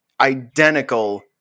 identical